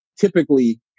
typically